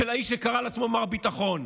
של האיש שקרא לעצמו מר ביטחון.